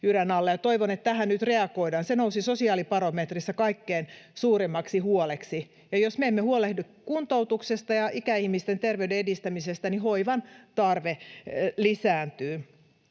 toivon, että tähän nyt reagoidaan. Se nousi sosiaalibarometrissä kaikkein suurimmaksi huoleksi. Jos me emme huolehdi kuntoutuksesta ja ikäihmisten terveyden edistämisestä, niin hoivan tarve lisääntyy.